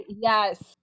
yes